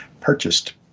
purchased